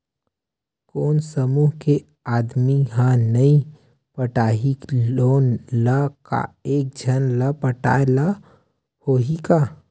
कोन समूह के आदमी हा नई पटाही लोन ला का एक झन ला पटाय ला होही का?